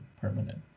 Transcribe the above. permanent